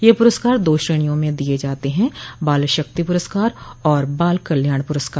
यह पुरस्कार दो श्रेणियों में दिये जाते हैं बाल शक्ति पुरस्कार और बाल कल्याण पुरस्कार